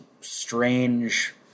strange